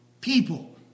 people